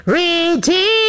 Redeem